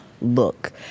look